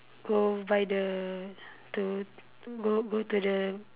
go by the to go go to the